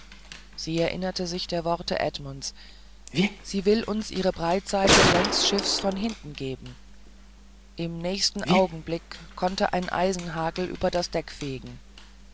sie erinnerte sich der worte edmunds sie will uns ihre breitseite längsschiffs von hinten geben im nächsten augenblick konnte ein eisenhagel über das deck hinfegen